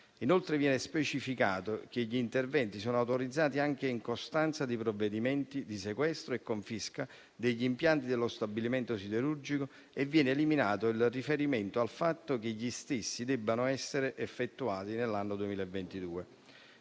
Inoltre, viene specificato che gli interventi sono autorizzati anche in costanza di provvedimenti di sequestro e confisca degli impianti dello stabilimento siderurgico e viene eliminato il riferimento al fatto che gli stessi debbano essere effettuati nell'anno 2022.